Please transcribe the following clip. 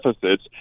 deficits